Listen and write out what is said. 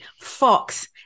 Fox